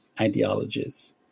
ideologies